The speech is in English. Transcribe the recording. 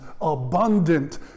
abundant